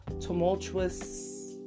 tumultuous